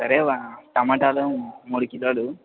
సరే వా టొమాటోలు మూడు కిలోలు